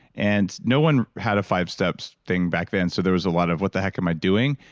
and no one had a five steps thing back then so there was a lot of what the heck am i doing?